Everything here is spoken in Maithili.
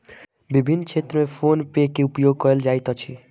विभिन्न क्षेत्र में फ़ोन पे के उपयोग कयल जाइत अछि